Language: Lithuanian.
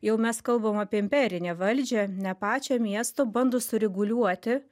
jau mes kalbam apie imperinę valdžią ne pačio miesto bando sureguliuoti